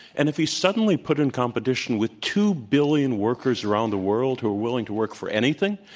and if he's suddenly put in competition with two billion workers around the world who are willing to work for anything,